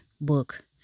book